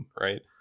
Right